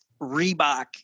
Reebok